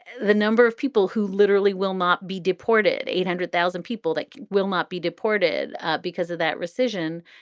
the number of people who literally will not be deported. eight hundred thousand people that will not be deported because of that rescission.